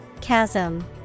Chasm